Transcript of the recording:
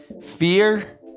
Fear